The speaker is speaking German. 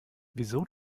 wieso